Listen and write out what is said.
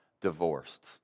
divorced